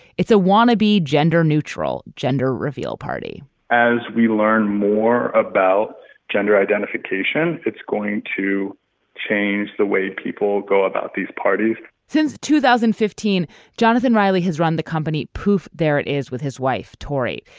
it's a wanna be gender neutral gender reveal party as we learn more about gender identification it's going to change the way people go about these parties since two thousand and fifteen jonathan reilly has run the company. poof there it is with his wife tori.